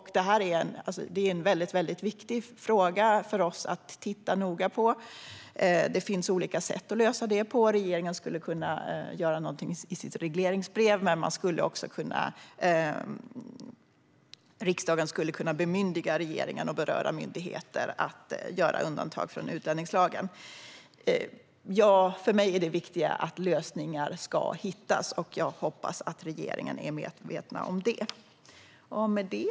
Det är viktigt för oss att man tittar noga på den frågan, och det finns olika sätt att lösa den på. Regeringen skulle kunna göra någonting i sitt regleringsbrev, men riksdagen skulle också kunna bemyndiga regeringen och berörda myndigheter att göra undantag från utlänningslagen. För mig är det viktigaste att lösningar ska hittas, och jag hoppas att regeringen är medveten om det.